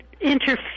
interfere